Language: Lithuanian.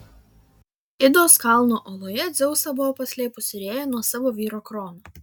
idos kalno oloje dzeusą buvo paslėpusi rėja nuo savo vyro krono